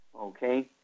okay